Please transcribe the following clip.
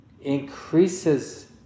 increases